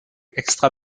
extra